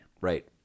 Right